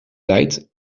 blijkt